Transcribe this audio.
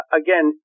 again